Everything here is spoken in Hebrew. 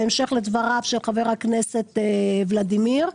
בהמשך לדבריו של חבר הכנסת ולדימיר,